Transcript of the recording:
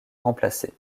remplacer